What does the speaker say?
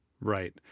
Right